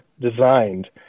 designed